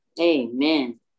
Amen